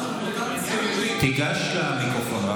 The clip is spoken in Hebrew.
תיגש למיקרופון.